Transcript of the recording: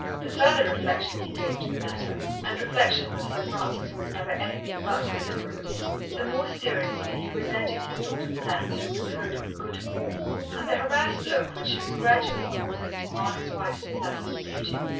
the further reflection he gave to the matter and reflection with sir francis was never anything but deliberate the more seriously he resented his daughter's lapse from the code of good form, and the harassed look which she was gradually causing to mar his wife's placid beauty.